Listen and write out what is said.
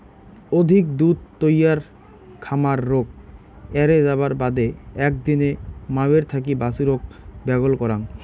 অধিক দুধ তৈয়ার খামার রোগ এ্যারে যাবার বাদে একদিনে মাওয়ের থাকি বাছুরক ব্যাগল করাং